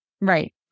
Right